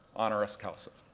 honoris causa.